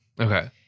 Okay